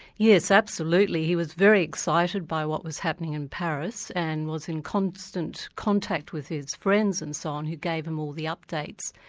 yes, absolutely. he was very excited by what was happening in paris, and was in constant contact with his friends and so on, who gave him all the updates.